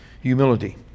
Humility